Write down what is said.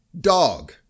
Dog